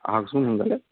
আহকচোন